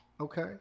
Okay